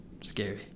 scary